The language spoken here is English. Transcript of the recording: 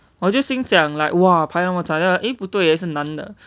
我就心想 like !wah! 排那么长诶不对 leh 那是男的